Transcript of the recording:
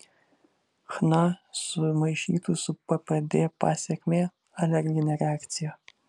chna sumaišytų su ppd pasekmė alerginė reakcija